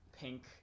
pink